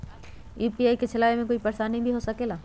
UPI के चलावे मे कोई परेशानी भी हो सकेला?